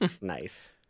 Nice